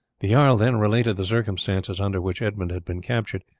the jarl then related the circumstances under which edmund had been captured,